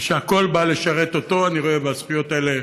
ושהכול בא לשרת אותו, אני רואה בזכויות האלה